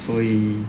所以